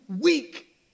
weak